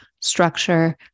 structure